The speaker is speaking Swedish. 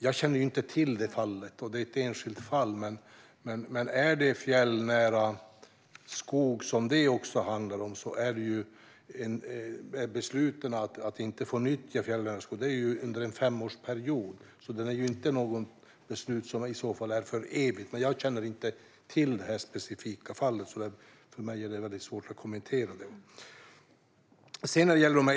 Jag kommer inte ihåg namnet - Tommy någonting. Är det fjällnära skog som det handlar om kan jag säga att besluten om att inte få nyttja fjällnära skog gäller under en femårsperiod och inte för evigt. Men eftersom jag inte känner till det här specifika fallet är det för mig väldigt svårt att kommentera det.